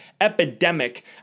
epidemic